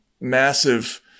massive